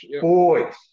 boys